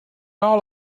all